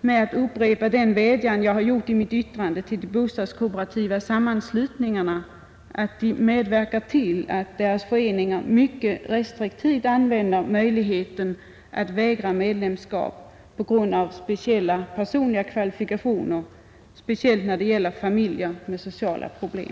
med att upprepa den vädjan som jag gjorde i mitt yttrande till de bostadskooperativa sammanslutningarna att medverka till att deras föreningar med restriktivitet använder möjligheten att vägra medlemskap på grund av speciella personliga kvalifikationer, särskilt när det gäller familjer med sociala problem.